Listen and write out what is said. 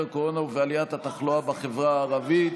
הקורונה ובעליית התחלואה בחברה הערבית.